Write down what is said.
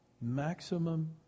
Maximum